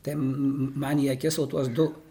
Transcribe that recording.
tai man į akis o tuos du